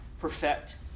perfect